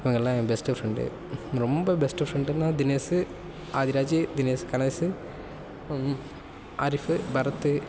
இவங்கெல்லாம் என் best friend ரொம்ப பெஸ்ட்டு ஃப்ரெண்டுனா தினேஷு ஆதிராஜு தினேஷ் கணேஷு அரிஃப்பு பரத்